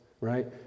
right